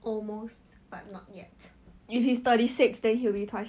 ya then